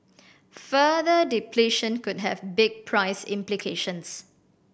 further depletion could have big price implications